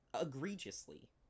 egregiously